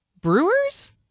brewers